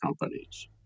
companies